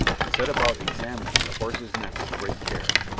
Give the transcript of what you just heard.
and set about examining the horse's neck with great care,